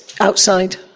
outside